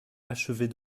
achever